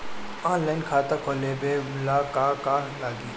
Online खाता खोलबाबे ला का का लागि?